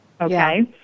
Okay